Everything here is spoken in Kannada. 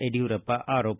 ಯಡಿಯೂರಪ್ಪ ಆರೋಪ